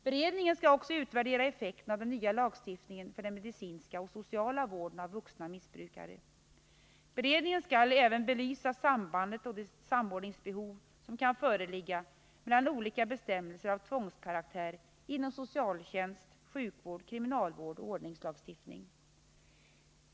Beredningen skall också utvärdera effekterna av den nya lagstiftningen för den medicinska och sociala vården av vuxna missbrukare. Beredningen skall även belysa sambandet och de samordningsbehov som kan föreligga mellan olika bestämmelser av tvångskaraktär inom socialtjänst, sjukvård, kriminalvård och ordningslagstiftning.